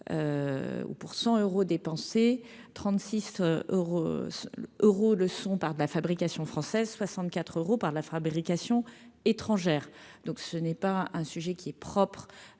ou pour 100 euros dépensés 36 heures Euro le sont par de la fabrication française 64 euros par la fabrication étrangère donc ce n'est pas un sujet qui est propre